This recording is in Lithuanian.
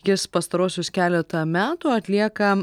jis pastaruosius keletą metų atlieka